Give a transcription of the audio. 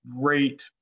great